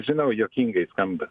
žinau juokingai skamba